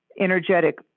energetic